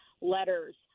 letters